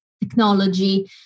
technology